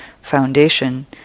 foundation